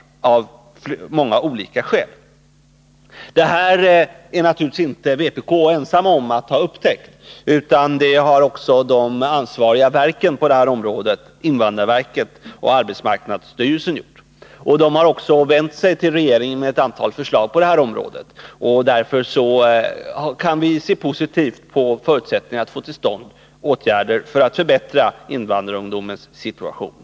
Detta är man i vänsterpartiet kommunisterna naturligtvis inte ensam om att ha upptäckt, utan det har också de ansvariga i verken på det här området, invandrarverket och arbetsmarknadsstyrelsen, gjort. Dessa har också vänt sig till regeringen med ett antal förslag på området. Därför kan vi se positivt på förutsättningarna att få till stånd åtgärder för att förbättra invandrarungdomens situation.